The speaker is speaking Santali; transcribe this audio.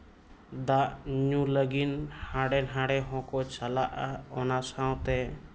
ᱫᱟᱜ ᱧᱩ ᱞᱟᱹᱜᱤᱫ ᱦᱟᱸᱰᱮ ᱱᱟᱰᱮ ᱦᱚᱸ ᱠᱚ ᱪᱟᱞᱟᱜᱼᱟ ᱚᱱᱟ ᱥᱟᱶᱛᱮ